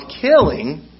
killing